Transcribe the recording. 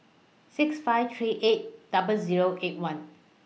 six five three eight double Zero eight one